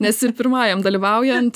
nes ir pirmajam dalyvaujant